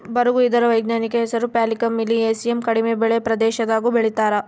ಬರುಗು ಇದರ ವೈಜ್ಞಾನಿಕ ಹೆಸರು ಪ್ಯಾನಿಕಮ್ ಮಿಲಿಯೇಸಿಯಮ್ ಕಡಿಮೆ ಮಳೆ ಪ್ರದೇಶದಾಗೂ ಬೆಳೀತಾರ